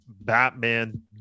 Batman